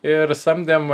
ir samdėm